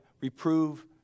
Reprove